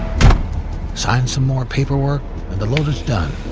sign some more paperwork, and the load is done.